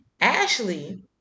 Ashley